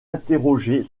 interroger